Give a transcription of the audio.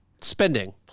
Spending